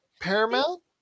Paramount